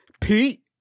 Pete